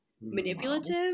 manipulative